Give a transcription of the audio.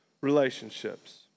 relationships